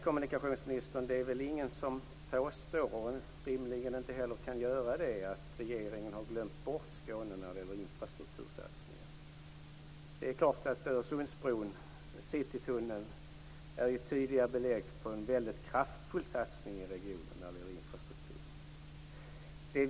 Fru talman! Det är väl ingen som påstår, kommunikationsministern, att regeringen har glömt bort Skåne i fråga om infrastruktursatsningar. Öresundsbron och Citytunneln är tydliga belägg på en kraftfull satsning på infrastruktur i regionen.